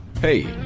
Hey